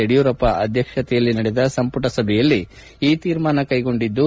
ಯಡಿಯೂರಪ್ಪ ಅಧ್ಯಕ್ಷತೆಯಲ್ಲಿ ನಡೆದ ಸಂಪುಟ ಸಭೆಯಲ್ಲಿ ಈ ತೀರ್ಮಾನ ಕ್ಲೆಗೊಂಡಿದ್ದು